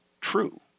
true